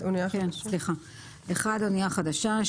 אנייה חדשה.